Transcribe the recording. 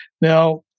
Now